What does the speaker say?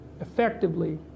effectively